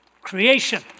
Creation